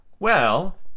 Well